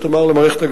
חתמה על ההסכם בתוך כל